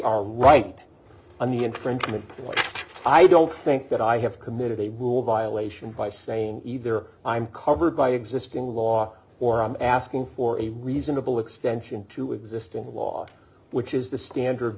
are right on the infringement which i don't think that i have committed a violation by saying either i'm covered by existing law or i'm asking for a reasonable extension to existing law which is the standard